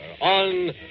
on